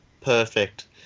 Perfect